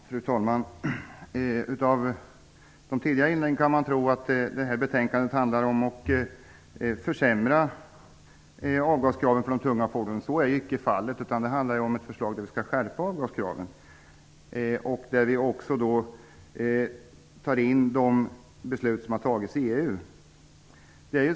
Fru talman! Av de tidigare inläggen att döma kan man tro att det här betänkandet handlar om att försämra avgaskraven för de tunga fordonen. Så är inte fallet. Detta förslag handlar om att vi skall skärpa avgaskraven. Vi tar också in de beslut som har fattats inom EU.